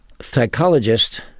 psychologist